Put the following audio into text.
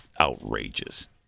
outrageous